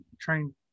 trying